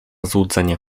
złudzenie